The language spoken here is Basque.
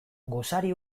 gosari